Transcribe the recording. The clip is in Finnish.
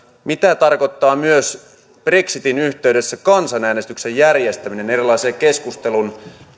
mitä tarkoittaa myös brexitin yhteydessä kansanäänestyksen järjestäminen erilaiseen keskustelun